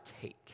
take